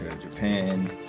Japan